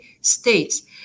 states